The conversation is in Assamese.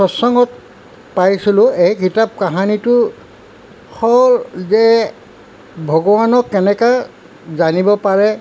সৎসংগত পাইছিলো এই কিতাপ কাহানিটো সৌ যে ভগৱানক কেনেকৈ জানিব পাৰে